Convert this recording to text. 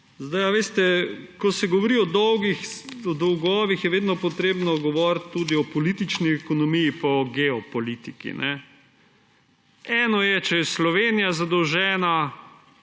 strani. Veste, ko se govori o dolgovih, je vedno potrebno govoriti tudi o politični ekonomiji in o geopolitiki. Eno je, če je Slovenija zadolžena